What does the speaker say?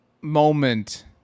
moment